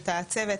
את הצוות.